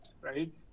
right